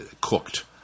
cooked